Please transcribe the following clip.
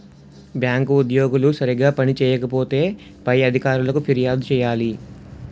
bank ఉద్యోగులు సరిగా పని చేయకపోతే పై అధికారులకు ఫిర్యాదు చేయాలి